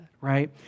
right